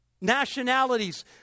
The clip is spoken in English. nationalities